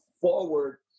forward